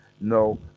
no